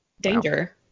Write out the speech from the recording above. Danger